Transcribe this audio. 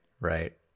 right